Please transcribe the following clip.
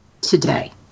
today